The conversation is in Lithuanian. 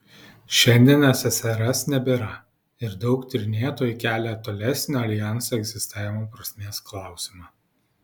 šiandien ssrs nebėra ir daug tyrinėtojų kelia tolesnio aljanso egzistavimo prasmės klausimą